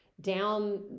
down